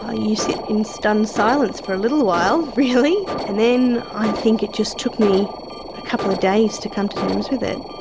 ah you sit in stunned silence for a little while really. and then i think it just took me a couple of days to come to terms with it.